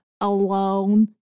alone